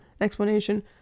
explanation